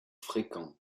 fréquentes